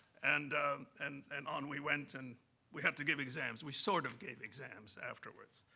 and and and on we went. and we had to give exams. we sort of gave exams afterwards.